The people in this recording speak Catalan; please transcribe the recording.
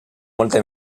molta